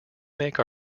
make